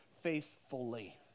faithfully